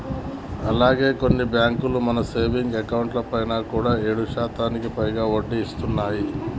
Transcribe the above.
అలాగే కొన్ని బ్యాంకులు మన సేవింగ్స్ అకౌంట్ పైన కూడా ఏడు శాతానికి పైగా వడ్డీని ఇస్తున్నాయి